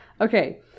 Okay